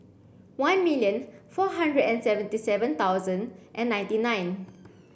one million four hundred and seventy seven thousand and ninety nine